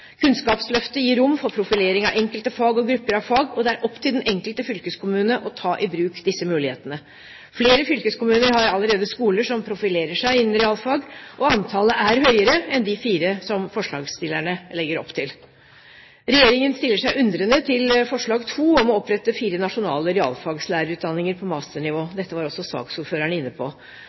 Kunnskapsløftet gir rom for profilering av enkelte fag og grupper av fag, og det er opp til den enkelte fylkeskommune å ta i bruk disse mulighetene. Flere fylkeskommuner har allerede skoler som profilerer seg innen realfag, og antallet er høyere enn de fire som forslagsstillerne legger opp til. Regjeringen stiller seg undrende til forslag II i dokumentet om å opprette fire nasjonale realfaglærerutdanninger på masternivå. Dette var også saksordføreren inne på.